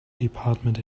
department